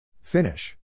Finish